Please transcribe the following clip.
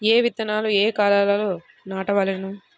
ఏ విత్తనాలు ఏ కాలాలలో నాటవలెను?